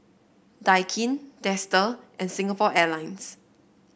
Daikin Dester and Singapore Airlines